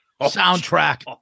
soundtrack